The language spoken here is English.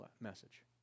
message